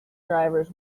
drivers